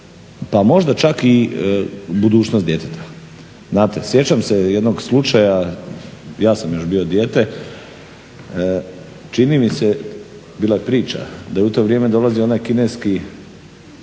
pa možda čak i budućnost djeteta. Sjećam se jednog slučaja, ja sam još bio dijete, čini mi se bila je priča da je u to vrijeme dolazio onaj kineski